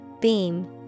Beam